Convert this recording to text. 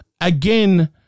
again